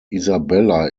isabella